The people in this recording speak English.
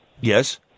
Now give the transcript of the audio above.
Yes